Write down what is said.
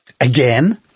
again